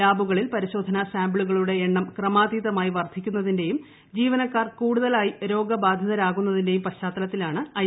ലാബുകളിൽ പരിശോധനാ സാമ്പിളുകളുട്ട് എണ്ണം ക്രമാതീതമായി വർദ്ധിക്കുന്നതിന്റെയും ക്ട്രീപ്പനക്കാർ കൂടുതലായി രോഗബാധിതരാകുന്നതിന്റെയും പശ്ചാത്തലത്തിലാണ് ഐ